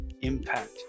impact